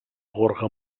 gorga